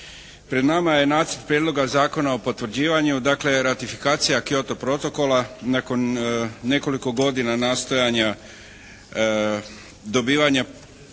Pred nama je Nacrt prijedloga zakona o potvrđivanju, dakle ratifikacija Kyoto protokola nakon nekoliko godina nastojanja dobivanja